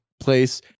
Place